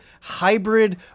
hybrid